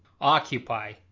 occupy